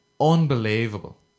Unbelievable